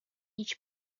each